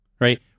right